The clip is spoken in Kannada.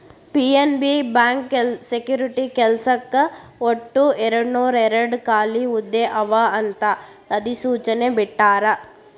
ಪಿ.ಎನ್.ಬಿ ಬ್ಯಾಂಕ್ ಸೆಕ್ಯುರಿಟಿ ಕೆಲ್ಸಕ್ಕ ಒಟ್ಟು ಎರಡನೂರಾಯೇರಡ್ ಖಾಲಿ ಹುದ್ದೆ ಅವ ಅಂತ ಅಧಿಸೂಚನೆ ಬಿಟ್ಟಾರ